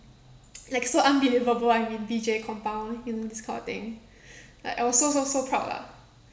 like so unbelievable I'm in V_J compound you know this kind of thing like I was so so so proud lah